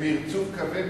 יש לך הצעה אחרת?